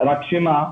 רק שאין